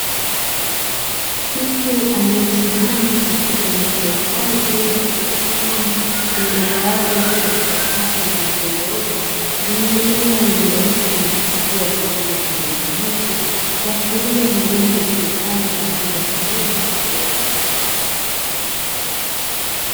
Mtu aliyesimama katika eneo la wazi mfano wa shamba, limegawanywa katika safu zilizonyooka. Zenye mimea iliyoota na kuchipua kwa rangi ya kijani kibichi, kuashiria ni eneo litumikalo kwa ajili ya vilimo cha viwanda.